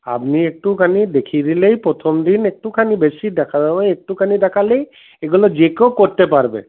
আপনি একটুখানি দেখিয়ে দিলেই প্রথম দিন একটুখানি বেশি একটুখানি দেখালেই এগুলো যে কেউ করতে পারবে